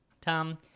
Tom